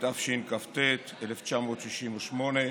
התשכ"ט 1968,